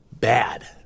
Bad